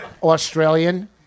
Australian